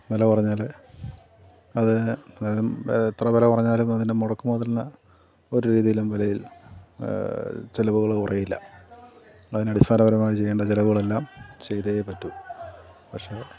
വില കുറഞ്ഞാല് അത് എത്ര വില കുറഞ്ഞാലും അതിൻ്റെ മുടക്ക് മുതലിന് ഒരു രീതിയിലും വിലയിൽ ചിലവുകൾ കുറയില്ല അതിന് അടിസ്ഥസരപരമായി ചെയ്യേണ്ട ചിലവുകളെല്ലാം ചെയ്തേ പറ്റു പക്ഷേ